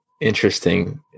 interesting